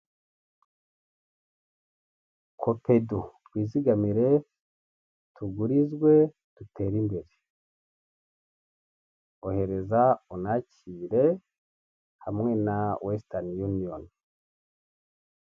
Copedu, twizigamire, tugurizwe, dutere imbere. Ohereza unakire hamwe na Western union.